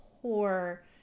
poor